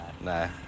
No